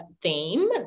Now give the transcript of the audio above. theme